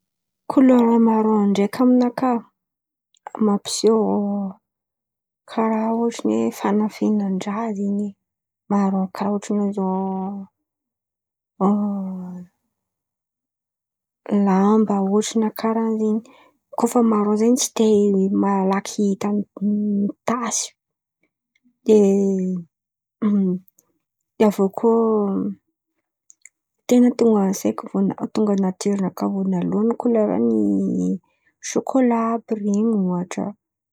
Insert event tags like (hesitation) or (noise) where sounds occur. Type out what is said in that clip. Kolera marôn ndraiky amy nakà, mampiseo, karà otrin’ny hoe fanafenan-drà zen̈y marôn. Karà ôtrin’ny hoe zao, (hesitation) lamba ôtrin’ny karàn’izen̈y. Koa fa marôn zen̈y tsy de ôtrin’ny malaky hitan-tasy. De avô koa ten̈a nahatonga natoranakà kolera sôkôla àby ren̈y ohatra.